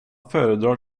föredrar